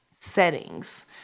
Settings